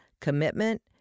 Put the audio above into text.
commitment